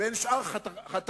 בין שאר חטאי,